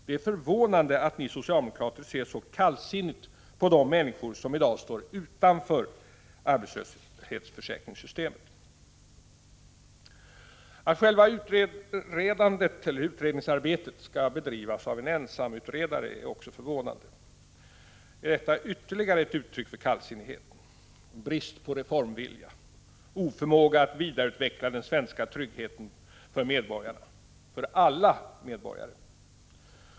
Det är förvånande att ni socialdemokrater ser så kallsinnigt på de människor som i dag står utanför arbetslöshetsförsäkringssystemet. Att själva utredningsarbetet skall bedrivas av en ensamutredare är också förvånande. Är detta ytterligare ett uttryck för kallsinnighet? Brist på reformvilja? Oförmåga att vidareutveckla den svenska tryggheten för medborgarna — för alla medborgare?